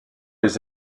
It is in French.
les